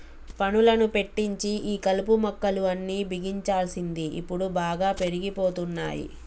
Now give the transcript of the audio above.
పనులను పెట్టించి ఈ కలుపు మొక్కలు అన్ని బిగించాల్సింది ఇప్పుడు బాగా పెరిగిపోతున్నాయి